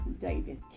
David